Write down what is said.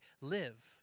live